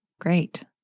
Great